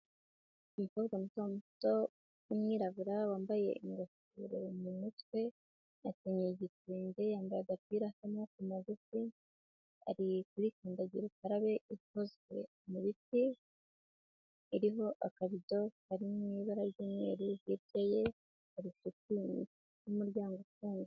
Umukobwa muto muto w'umwirabura wambaye ingofero mu mutwe, akenyeye igitenge yambaye agapira k'amaboko magufi, ari kuri kandagira ukarabe ikozwe mu biti iriho akabido kari mu ibara ry'umweru, hirya ye hari inzu ifite umuryango ufunguye.